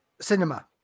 Cinema